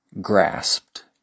grasped